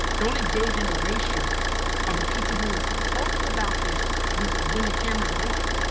don't engage in erasure of the people who are talking about this when when the cameras are off.